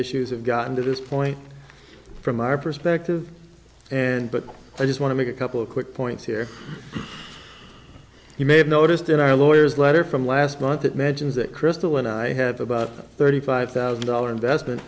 issues have gotten to this point from our perspective and but i just want to make a couple of quick points here you may have noticed in our lawyers letter from last month that mentions that crystal and i have about thirty five thousand dollar investment